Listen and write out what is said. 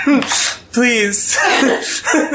Please